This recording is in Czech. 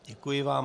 Děkuji vám.